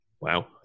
Wow